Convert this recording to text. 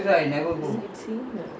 we go so many places [what]